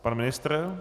Pan ministr?